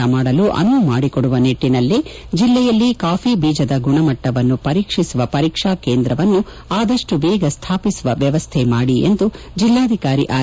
ಶ್ ಮಾಡಲು ಅನುವು ಮಾಡಿಕೊಡುವ ನಿಟ್ಟಿನಲ್ಲಿ ಜಿಲ್ಲೆಯಲ್ಲಿ ಕಾಫಿ ಬೀಜದ ಗುಣಮಟ್ಟವನ್ನು ಪರೀಕ್ಷಿಸುವ ಪರೀಕ್ಷಾ ಕೇಂದ್ರವನ್ನು ಅದಷ್ಟು ಬೇಗ ಸ್ವಾಪಿಸುವ ವ್ಯವಸ್ಥೆ ಮಾಡಿ ಎಂದು ಜಿಲ್ಲಾಧಿಕಾರಿ ಆರ್